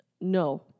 No